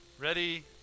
Ready